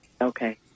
Okay